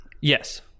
Yes